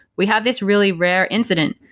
we have this really rare incident.